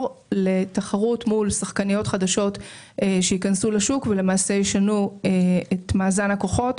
לתחרות מול שחקניות חדשות שייכנסו לשוק ולמעשה ישנו את מאזן הכוחות.